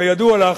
כידוע לך,